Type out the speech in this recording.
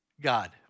God